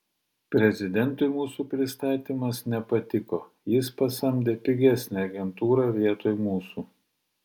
prezidentui mūsų pristatymas nepatiko jis pasamdė pigesnę agentūrą vietoj mūsų